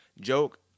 joke